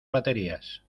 baterías